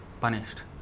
punished